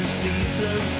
season